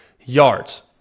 yards